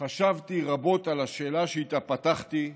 חשבתי רבות על השאלה שאיתה פתחתי: